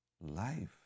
life